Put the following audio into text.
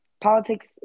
politics